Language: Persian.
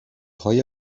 های